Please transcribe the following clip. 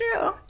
true